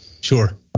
Sure